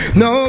no